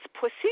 pussy